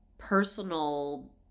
personal